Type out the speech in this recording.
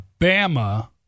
Bama